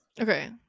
Okay